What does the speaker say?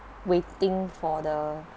waiting for the